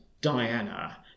Diana